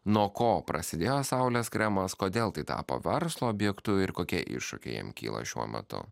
nuo ko prasidėjo saulės kremas kodėl tai tapo verslo objektu ir kokie iššūkiai jam kyla šiuo metu